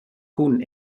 cun